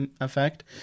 effect